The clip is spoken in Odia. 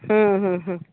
ହୁଁ ହୁଁ ହୁଁ